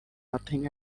nothing